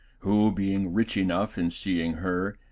who, being rich enough in seeing her,